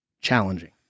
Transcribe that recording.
challenging